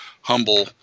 humble –